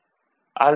அது A